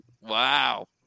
Wow